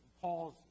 Paul's